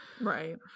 Right